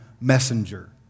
messenger